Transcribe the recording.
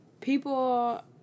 people